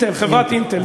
חברת "אינטל".